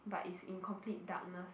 but is in complete darkness